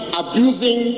abusing